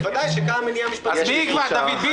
אז בוודאי שיש פה מניעה משפטית להצעת החוק.